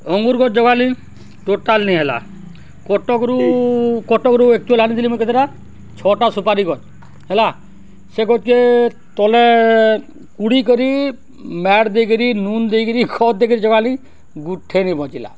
ଅଙ୍ଗୁର ଗଛ୍ ଜଗାଲି ଟୋଟାଲ୍ ନି ହେଲା କଟକରୁ କଟକରୁ ଏକଚୁଆଲ ଆଣିଥିଲି ମଁ କେତେଟା ଛଅଟା ସୁପାରି ଗଛ୍ ହେଲା ସେ ଗଛ୍ କେ ତଲେ କୁଡ଼ି କରି ମ୍ୟାଡ଼ ଦେଇକରି ନୁନ ଦେଇକରି ଖଦ ଦେଇକରି ଜଗାଲି ଗୁଠେ ନେଇ ବଞ୍ଚିଲା